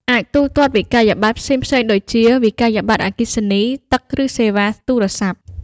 អាចទូទាត់វិក្កយបត្រ ផ្សេងៗដូចជា វិក្កយបត្រអគ្គិសនី ទឹក ឬសេវាទូរស័ព្ទ។